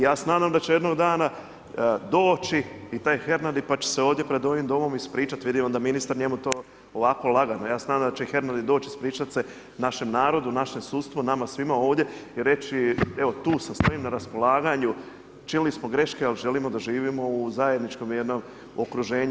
Ja se nadam da će jednog dana doći i taj Hernadi pa će se ovdje pred ovim Domom ispričati, vidimo da ministar, njemu to ovako lagano, ja se nadam da će Hernadi doći, ispričati se našem narodu, našem sudstvu, nama svima ovdje i reći evo tu sam, stojim na raspolaganju, učinili smo greške, ali želimo da živimo u zajedničkom jednom okruženju.